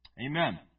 Amen